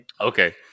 Okay